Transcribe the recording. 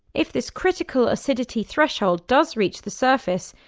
if this critical acidity threshold does reach the surface,